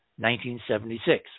1976